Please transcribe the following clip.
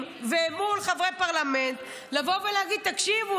ומול חברי פרלמנט לבוא ולהגיד: תקשיבו,